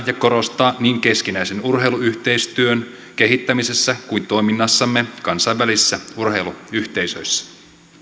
ja korostaa niin keskinäisen urheiluyhteistyön kehittämisessä kuin toiminnassamme kansainvälisissä urheiluyhteisöissä